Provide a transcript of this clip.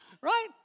Right